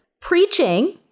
Preaching